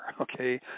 Okay